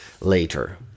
later